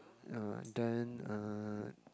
uh then uh